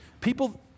People